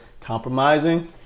compromising